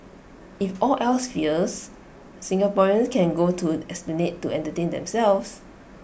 if all else fails Singaporeans can go to esplanade to entertain themselves